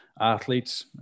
athletes